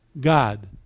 God